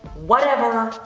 whatever.